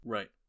Right